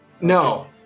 No